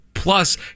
Plus